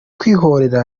kwihorera